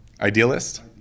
Idealist